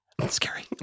Scary